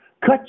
cut